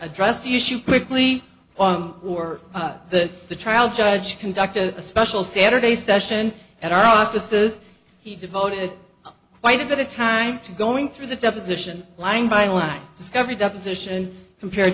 address the issue quickly or the the trial judge conducted a special saturday session at our offices he devoted quite a bit of time to going through the deposition line by line discovery deposition compared